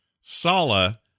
sala